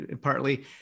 partly